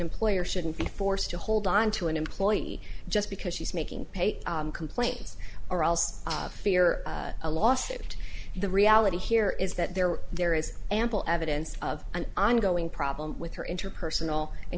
employer shouldn't be forced to hold onto an employee just because she's making pay complaints or else i fear a lawsuit the reality here is that there there is ample evidence of an ongoing problem with her interpersonal and